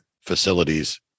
facilities